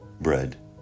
bread